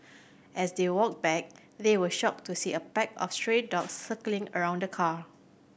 as they walked back they were shocked to see a pack of stray dogs circling around the car